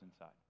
inside